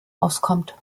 auskommt